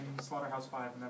Slaughterhouse-Five